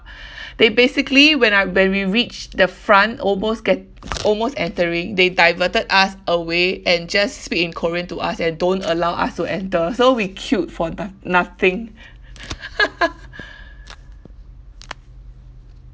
they basically when I when we reached the front almost get almost entering they diverted us away and just speak in korean to ask eh don't allow us to enter so we queued for not~ nothing